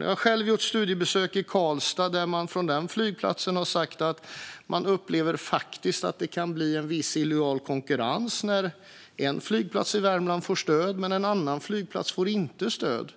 Jag har själv gjort studiebesök i Karlstad, där man på den flygplatsen har sagt att man upplever att det faktiskt kan bli viss illojal konkurrens när en flygplats i Värmland får stöd men en annan flygplats inte får stöd.